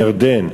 לירדן,